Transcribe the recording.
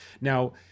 Now